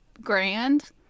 grand